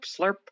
slurp